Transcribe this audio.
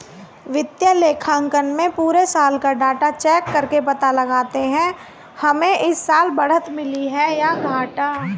वित्तीय लेखांकन में पुरे साल का डाटा चेक करके पता लगाते है हमे इस साल बढ़त मिली है या घाटा